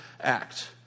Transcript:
act